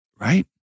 right